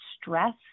stress